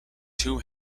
two